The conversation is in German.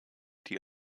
die